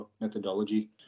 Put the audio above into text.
methodology